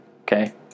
Okay